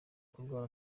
kurwara